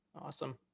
Awesome